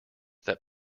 that